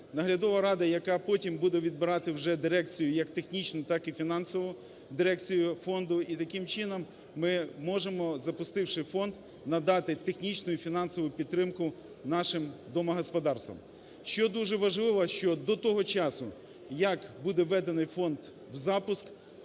Наглядова рада, яка потім буде відбирати вже дирекцію, як технічну, так і фінансову дирекцію фонду. І таким чином ми можемо, запустивши фонд, надати технічну і фінансову підтримку нашим домогосподарствам. Що дуже важливо, що до того часу, як буде введений фонд в запуск,